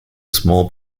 small